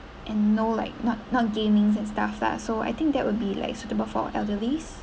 and no like not not gamings and stuff lah so I think that will be like suitable for elderly's